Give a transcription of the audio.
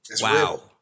Wow